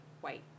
white